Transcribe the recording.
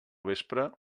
vespre